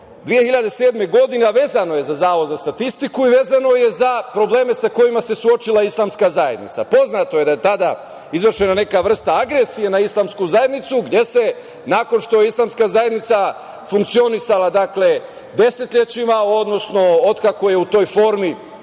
2007. godine, a vezano je za Zavod za statistiku i vezano je za probleme sa kojima se suočila Islamska zajednica. Poznato je da je tada izvršena neka vrsta agresije na Islamsku zajednicu gde se, nakon što je Islamska zajednica funkcionisala desetlećima, odnosno otkako je u toj formi